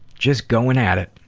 just going at it.